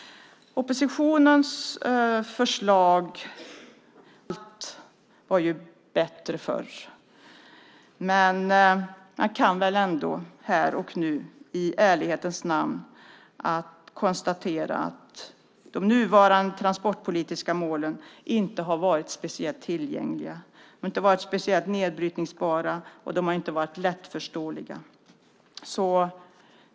Oppositionens motion säger som vanligt att allt var bättre förr. Man kan väl ändå i ärlighetens namn konstatera att de nuvarande transportpolitiska målen inte har varit speciellt tillgängliga. De har inte varit speciellt nedbrytningsbara och de har inte varit lättförståeliga.